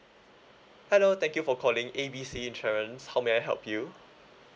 hello thank you for calling A B C insurance how may I help you